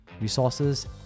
resources